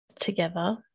together